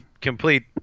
complete